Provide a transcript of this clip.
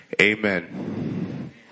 Amen